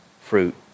fruit